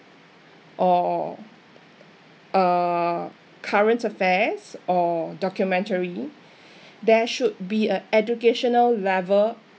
or uh current affairs or documentary there should be a educational level